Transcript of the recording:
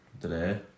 today